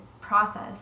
process